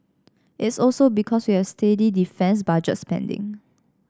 it's also because we have steady defence budget spending